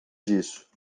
disso